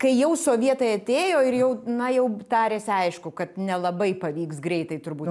kai jau sovietai atėjo ir jau na jau darėsi aišku kad nelabai pavyks greitai turbūt